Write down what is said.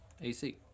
AC